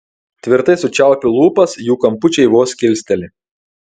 tvirtai sučiaupiu lūpas jų kampučiai vos kilsteli